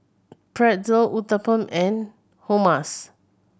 Pretzel Uthapam and Hummus